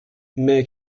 mais